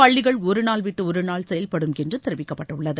பள்ளிகள் ஒருநாள் விட்டு ஒருநாள் செயல்படும் என்று தெரிவிக்கப்பட்டுள்ளது